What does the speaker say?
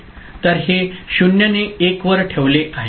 तर हे 0 ने 1 वर ठेवले आहे